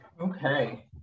Okay